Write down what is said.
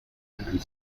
and